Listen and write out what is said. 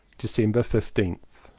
december fifteenth.